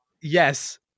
yes